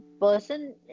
person